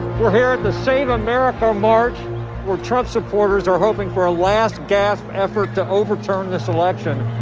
we're here at the same america march where trump supporters are hoping for a last-gasp effort to overturn this election.